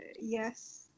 yes